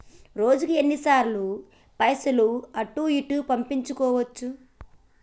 రోజుకు ఎన్ని సార్లు పైసలు అటూ ఇటూ పంపించుకోవచ్చు?